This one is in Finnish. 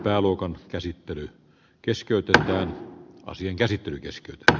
pääluokan ja asian käsittely keskeytetä